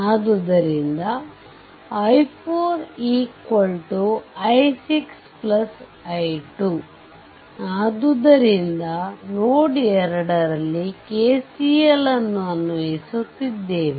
ಆದುದರಿಂದ i4 i6 i2 ಆದ್ದರಿಂದ node 2 ನಲ್ಲಿ KCL ಅನ್ನು ಅನ್ವಯಿಸುತ್ತಿದೆ